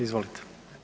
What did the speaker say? Izvolite.